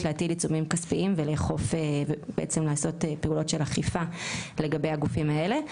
להטיל עיצומים כספיים ובעצם לעשות פעולות של אכיפה לגבי הגופים האלה.